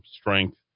strength